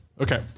Okay